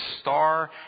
star